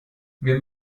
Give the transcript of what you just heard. wir